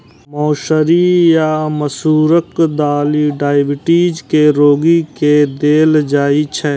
मौसरी या मसूरक दालि डाइबिटीज के रोगी के देल जाइ छै